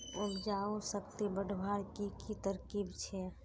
उपजाऊ शक्ति बढ़वार की की तरकीब छे?